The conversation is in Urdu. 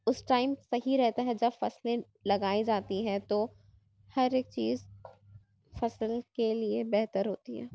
اُس ٹائم صحیح رہتا ہے جب فصلیں لگائی جاتی ہے تو ہر ایک چیز فصل کے لیے بہتر ہوتی ہے